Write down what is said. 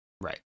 Right